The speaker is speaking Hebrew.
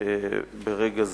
ברגע זה.